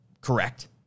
correct